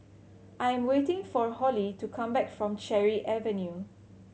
I am waiting for Holly to come back from Cherry Avenue